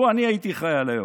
לו אני הייתי חייל היום,